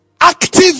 active